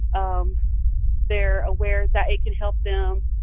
um they're aware that it can help them,